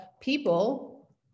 people